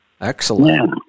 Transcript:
Excellent